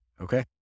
Okay